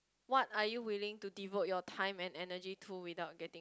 what are you willing to devote your time and energy to without getting